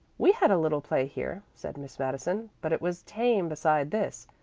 we had a little play here, said miss madison, but it was tame beside this.